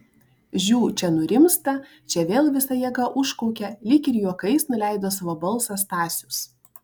žiū čia nurimsta čia vėl visa jėga užkaukia lyg ir juokais nuleido savo balsą stasius